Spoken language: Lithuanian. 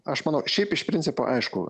aš manau šiaip iš principo aišku